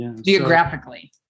geographically